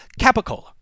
Capicola